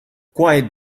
quiet